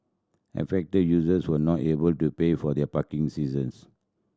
affected users were not able to pay for their parking seasons